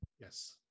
Yes